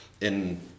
in-